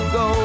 go